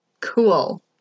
Cool